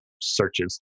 searches